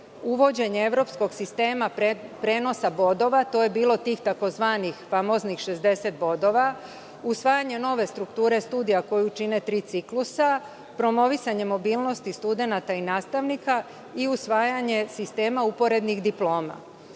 uvođenje evropskog sistema prenosa bodova, to je bilo tih tzv. famoznih 60 bodova, usvajanje nove strukture studija, koju čine tri ciklusa, promovisanje mobilnosti studenata i nastavnika i usvajanje sistema uporednih diploma.